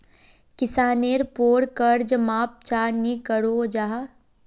किसानेर पोर कर्ज माप चाँ नी करो जाहा?